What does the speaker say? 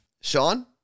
Sean